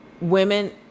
women